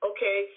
Okay